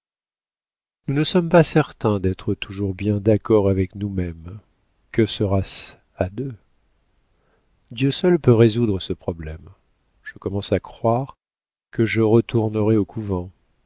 nous ne sommes pas certaines d'être toujours bien d'accord avec nous-mêmes que sera-ce à deux dieu seul peut résoudre ce problème je commence à croire que je retournerai au couvent